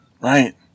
right